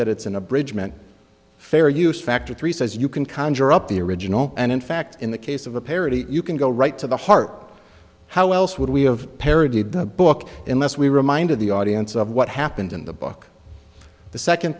that it's an abridgement fair use factor three says you can conjure up the original and in fact in the case of a parody you can go right to the heart how else would we have parodied the book unless we reminded the audience of what happened in the book the second